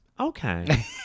Okay